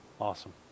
Awesome